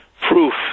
proof